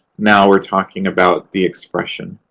now we're talking about the expression.